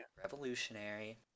revolutionary